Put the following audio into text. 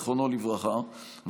זיכרונו לברכה,